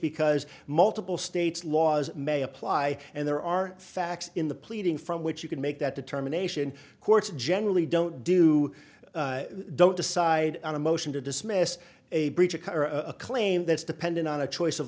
because multiple states laws may apply and there are facts in the pleading from which you can make that determination courts generally don't do don't decide on a motion to dismiss a breach of a claim that's dependent on a choice of